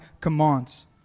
commands